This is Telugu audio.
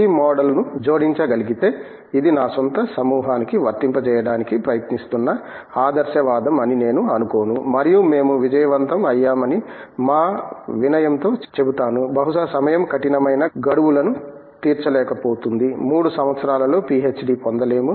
ఈ మోడల్ను జోడించగలిగితే ఇది నా స్వంత సమూహానికి వర్తింపజేయడానికి ప్రయత్నిస్తున్న ఆదర్శవాదం అని నేను అనుకోను మరియు మేము విజయవంతం అయ్యామని మా వినయంతో చెబుతాను బహుశా సమయం కఠినమైన గడువులను తీర్చలేకపోతుంది 3 సంవత్సరాలలో పీహెచ్డీ పొందలేము